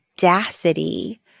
audacity